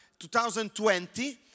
2020